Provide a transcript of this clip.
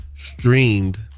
Streamed